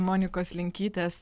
monikos linkytės